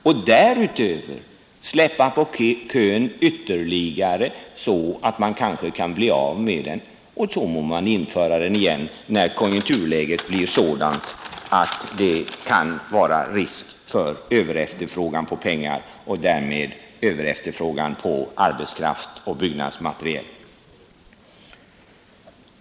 Och därutöver kanske man kan släppa på kön ytterligare, så att man blir av med den, och så må man införa den igen, när konjunkturläget blir sådant att det kan vara risk för överefterfrågan på pengar och därmed överefterfrågan på arbetskraft och byggnadsmaterial.